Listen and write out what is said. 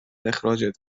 اخراجت